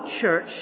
church